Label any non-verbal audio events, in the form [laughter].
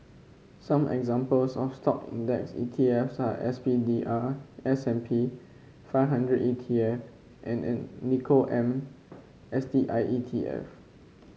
some examples of Stock index E T F S are S P D R S and P five hundred E T F and [unintelligible] Nikko am S T I E T F